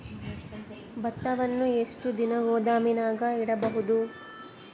ಭತ್ತವನ್ನು ಎಷ್ಟು ದಿನ ಗೋದಾಮಿನಾಗ ಇಡಬಹುದು?